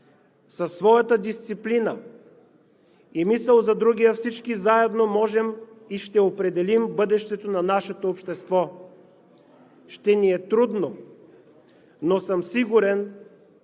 Със своята дисциплина и мисъл за другия всички заедно можем и ще определим бъдещето на нашето общество. Ще ни е трудно, но съм сигурен,